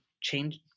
change